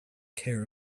care